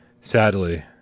sadly